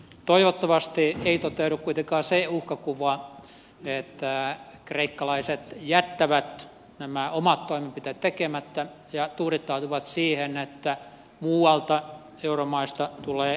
toivottavasti ei toteudu kuitenkaan se uhkakuva että kreikkalaiset jättävät nämä omat toimenpiteet tekemättä ja tuudittautuvat siihen että muualta euromaista tulee lisätukea